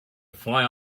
fly